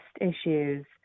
issues